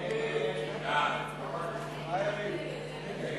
את הצעת חוק ביטוח בריאות ממלכתי (תיקון,